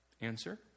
Answer